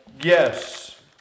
Yes